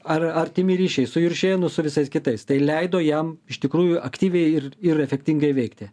ar artimi ryšiai su juršėnu su visais kitais tai leido jam iš tikrųjų aktyviai ir ir efektingai veikti